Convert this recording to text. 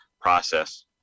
process